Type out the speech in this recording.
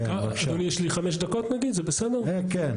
זה הכותרת.